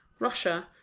russia,